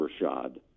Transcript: Rashad